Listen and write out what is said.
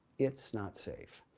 it's not safe.